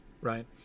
right